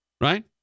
Right